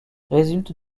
résulte